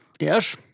Yes